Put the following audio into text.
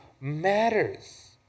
matters